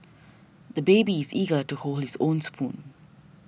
the baby is eager to hold his own spoon